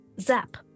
zap